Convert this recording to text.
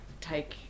take